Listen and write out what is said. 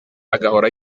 agahora